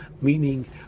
meaning